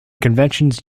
conventions